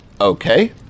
Okay